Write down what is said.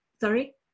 sorry